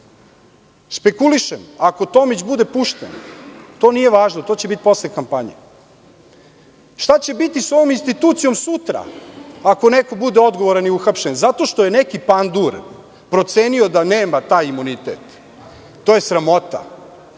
špekulišem, ako Tomić bude pušten? To nije važno. To će biti posle kampanje. Šta će biti sa ovom institucijom sutra, ako neko bude odgovoran i uhapšen, zato što je neki pandur procenio da nema taj imunitet? To je sramota.